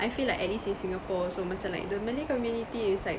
I feel like at least in singapore also macam like the malay community is like